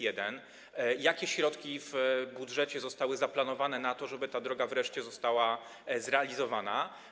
Jakie środki w budżecie zostały zaplanowane na to, żeby ta droga wreszcie została zrealizowana?